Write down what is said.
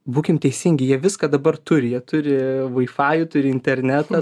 būkim teisingi jie viską dabar turi jie turi vaifajų turi internetą